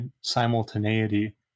simultaneity